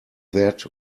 that